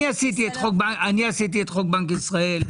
אני עשיתי את חוק בנק ישראל.